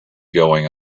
going